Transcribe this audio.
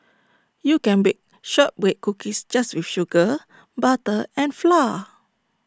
you can bake Shortbread Cookies just with sugar butter and flour